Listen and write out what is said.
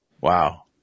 Wow